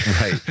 Right